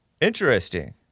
Interesting